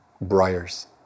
briars